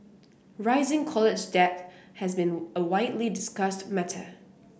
rising college debt has been a widely discussed matter